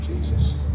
Jesus